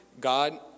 god